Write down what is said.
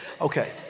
Okay